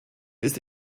ist